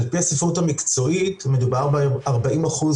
על פי הספרות המקצועית מדובר ב-40%